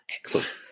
Excellent